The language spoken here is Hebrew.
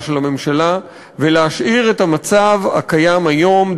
של הממשלה ולהשאיר את המצב הקיים היום,